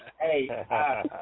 Hey